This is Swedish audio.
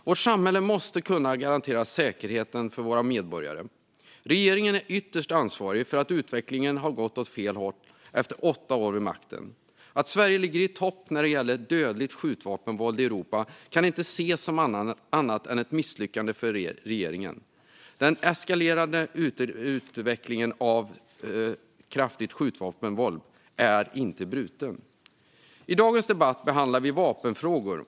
Vårt samhälle måste kunna garantera säkerheten för våra medborgare. Regeringen är ytterst ansvarig för att utvecklingen har gått åt fel håll efter deras åtta år vid makten. Att Sverige ligger i topp i Europa när det gäller dödligt skjutvapenvåld kan inte ses som annat än ett misslyckande för regeringen. Den eskalerande utvecklingen av kraftigt skjutvapenvåld är inte bruten. I denna debatt behandlar vi vapenfrågor.